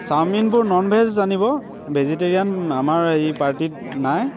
চাওমিনবোৰ non veg আনিব vegetarian আমাৰ এই পাৰ্টীত নাই